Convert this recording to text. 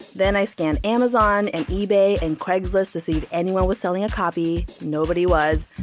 then i scanned amazon and ebay and craigslist to see if anyone was selling a copy. nobody was.